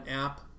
app